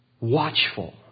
watchful